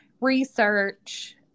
research